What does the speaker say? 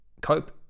cope